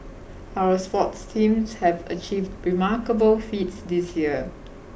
our sports teams have achieved remarkable feats this year